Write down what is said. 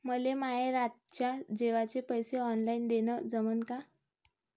मले माये रातच्या जेवाचे पैसे ऑनलाईन देणं जमन का?